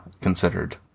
considered